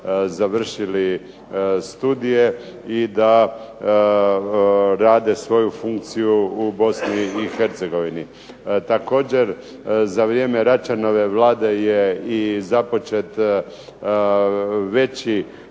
završili studije, i da rade svoju funkciju u Bosni i Hercegovini. Također za vrijeme Račanove Vlade je i započet veći